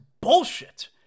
bullshit